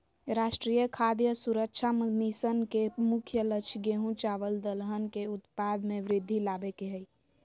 राष्ट्रीय खाद्य सुरक्षा मिशन के मुख्य लक्ष्य गेंहू, चावल दलहन के उत्पाद में वृद्धि लाबे के हइ